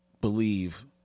believe